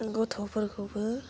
गथ'फोरखौबो